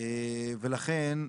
ולכן,